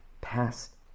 past